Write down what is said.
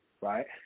Right